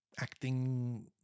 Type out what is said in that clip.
acting